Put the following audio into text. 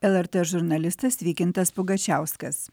lrt žurnalistas vykintas pugačiauskas